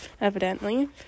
evidently